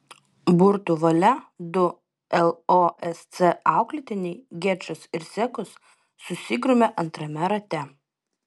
burtų valia du losc auklėtiniai gečas ir sekus susigrūmė antrame rate